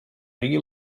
rigui